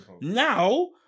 now